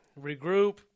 Regroup